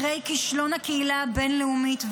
אחרי כישלון הקהילה הבין-לאומית,